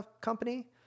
company